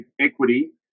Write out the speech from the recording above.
equity